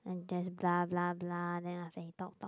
and there's blah blah blah then after he talk talk